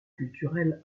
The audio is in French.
culturel